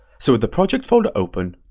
so with the project folder open,